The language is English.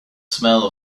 smell